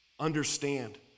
Understand